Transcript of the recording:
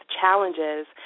challenges